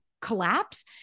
collapse